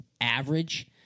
average